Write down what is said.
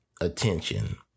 attention